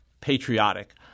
patriotic